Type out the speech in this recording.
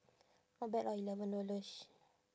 not bad lah eleven dollars